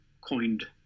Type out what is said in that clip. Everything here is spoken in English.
coined